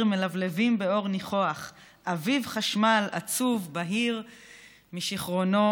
/ מלבלבים באור ניחוח / אביב חשמל עצוב בהיר / משיכרונו